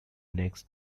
next